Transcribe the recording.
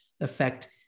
affect